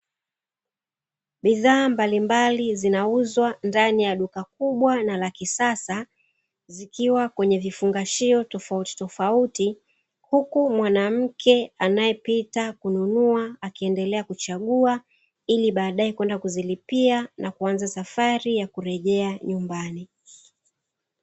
Bidhaa mbalimbali zinauzwa ndani ya duka kubwa na lakisasa, zikiwa kwenye vifungashio tofautitofauti, huku mwanamke anaepita kununua akiendelea kuchagua ili baadae kwenda kuzilipia na kuanza safari ya kurejea nyumbani.